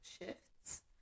Shifts